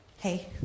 hey